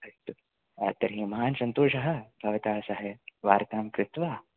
अस्तु तर्हि महान् सन्तोषः भवतः सह वार्तां कृत्वा